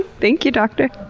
thank you, doctor.